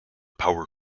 power